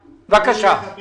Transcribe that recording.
תנו לי לדבר